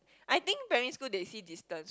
I think primary school they see distance